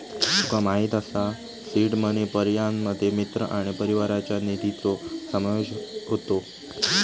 तुका माहित असा seed money पर्यायांमध्ये मित्र आणि परिवाराच्या निधीचो समावेश होता